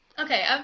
Okay